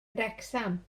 wrecsam